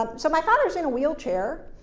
um so my father's in a wheelchair,